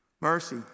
mercy